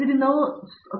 professor